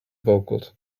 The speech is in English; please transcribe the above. vocals